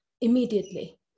immediately